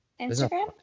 Instagram